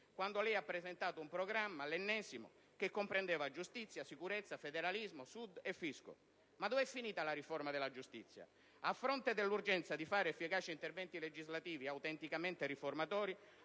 quando lei ha presentato un programma, l'ennesimo, che comprendeva giustizia, sicurezza, federalismo, Sud e fisco. Ma dov'è finita la riforma della giustizia? A fronte dell'urgenza di fare efficaci interventi legislativi autenticamente riformatori,